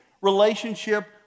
relationship